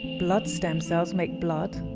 blood stem cells make blood,